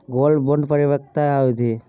Gold bond के परिपक्वता अवधि?